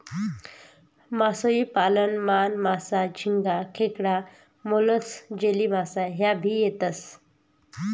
मासोई पालन मान, मासा, झिंगा, खेकडा, मोलस्क, जेलीमासा ह्या भी येतेस